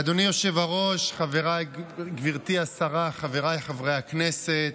אדוני היושב-ראש, גברתי השרה, חבריי חברי הכנסת,